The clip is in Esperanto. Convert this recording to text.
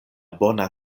bona